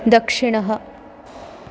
दक्षिणः